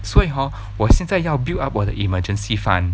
所以 hor 我现在要 build up 我的 emergency fund